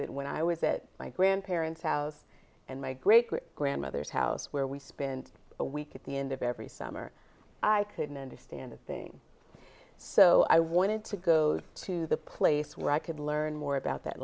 that when i was it my grandparents house and my great grandmother's house where we spend a week at the end of every summer i couldn't understand a thing so i wanted to go to the place where i could learn more about that